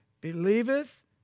believeth